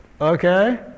Okay